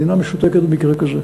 המדינה משותקת במקרה כזה.